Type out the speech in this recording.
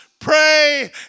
pray